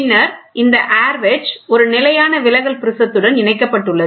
பின்னர் இந்த R wedge ஒரு நிலையான விலகல் ப்ரிஸத்துடன் இணைக்கப்பட்டுள்ளது